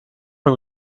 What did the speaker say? von